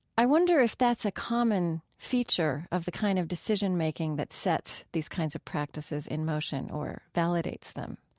i wonder if that's a common feature of the kind of decision making that sets these kinds of practices in motion or validates them.